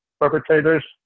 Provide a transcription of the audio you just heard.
perpetrators